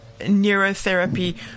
neurotherapy